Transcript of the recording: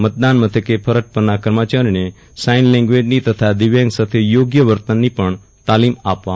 મતદાન મથકે ફરજ પરના કર્મચારીઓને સાઇન લેગ્વેજની તથા દિવ્યાંગ સાથે યોગ્ય વર્તનની પજ્ઞ તાલીમ આપવામાં આવે છે